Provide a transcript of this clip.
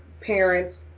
parents